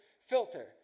filter